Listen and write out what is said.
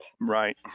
right